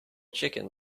chicken